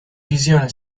visione